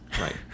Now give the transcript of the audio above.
Right